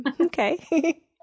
Okay